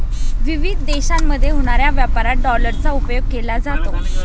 विविध देशांमध्ये होणाऱ्या व्यापारात डॉलरचा उपयोग केला जातो